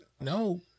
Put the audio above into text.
No